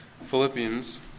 Philippians